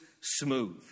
smooth